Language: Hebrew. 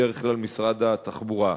בדרך כלל משרד התחבורה.